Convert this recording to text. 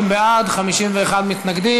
50 בעד, 51 מתנגדים.